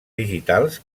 digitals